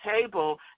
table